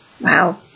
Wow